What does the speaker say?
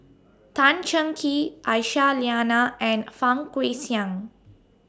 Tan Cheng Kee Aisyah Lyana and Fang Guixiang